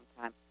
time